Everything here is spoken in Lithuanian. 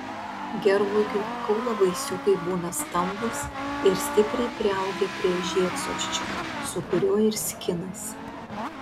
gervuogių kaulavaisiukai būna stambūs ir stipriai priaugę prie žiedsosčio su kuriuo ir skinasi